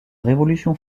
révolution